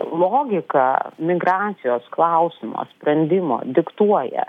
logika migracijos klausimo sprendimo diktuoja